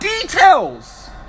details